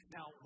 Now